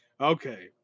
Okay